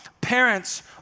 parents